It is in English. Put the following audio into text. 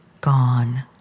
gone